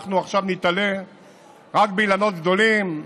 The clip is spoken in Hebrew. אנחנו עכשיו ניתלה רק באילנות גדולים?